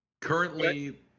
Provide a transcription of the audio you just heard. Currently